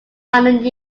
final